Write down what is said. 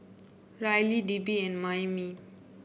Rylie Debbi and Mayme